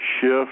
shift